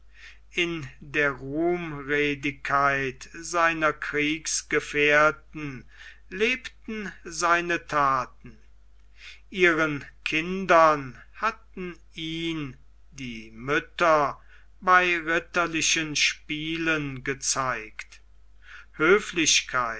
in der ruhmredigkeit seiner kriegsgefährten lebten seine thaten ihren kindern hatten ihn die mütter bei ritterlichen spielen gezeigt höflichkeit